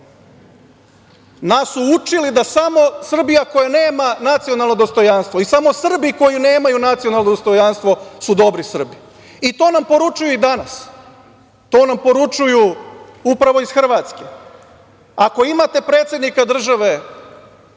su učili da samo Srbija koja nema nacionalno dostojanstvo i samo Srbi koji nemaju nacionalno dostojanstvo su dobri Srbi. I to nam poručuju i danas, to nam poručuju upravo iz Hrvatske. Ako imate predsednika države